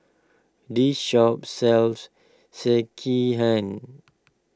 this shop sells Sekihan